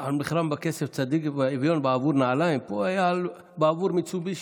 "על מִכרם בכסף צדיק ואביון בעבור נעלים" פה היה בעבור מיצובישי.